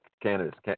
cannabis